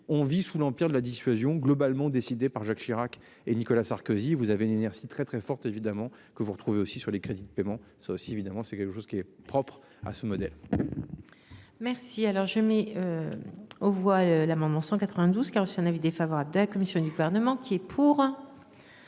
on vit sous l'empire de la dissuasion globalement décidée par Jacques Chirac et Nicolas Sarkozy. Vous avez inertie très très forte évidemment que vous retrouvez aussi sur les crédits de paiement c'est aussi évidemment c'est quelque chose qui est propre à ce modèle. Merci alors je mets. Aux voix l'amendement 192 qui a reçu un avis défavorable de la commission du gouvernement qui est pour.